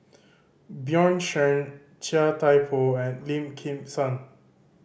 Bjorn Shen Chia Thye Poh and Lim Kim San